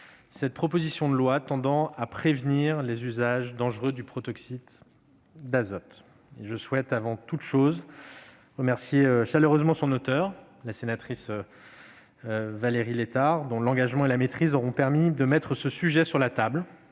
cette proposition de loi tendant à prévenir les usages dangereux du protoxyde d'azote. Je souhaite avant tout remercier chaleureusement son auteure, la sénatrice Valérie Létard, dont l'engagement et la maîtrise auront permis de mettre ce sujet sur la table,